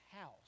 house